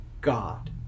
God